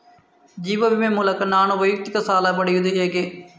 ಜೀವ ವಿಮೆ ಮೂಲಕ ನಾನು ವೈಯಕ್ತಿಕ ಸಾಲ ಪಡೆಯುದು ಹೇಗೆ?